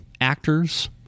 actors